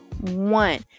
One